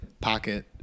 pocket